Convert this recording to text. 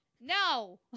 No